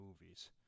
movies